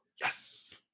Yes